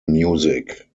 music